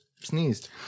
sneezed